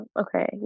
okay